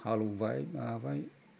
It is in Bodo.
हालएवबाय माबाबाय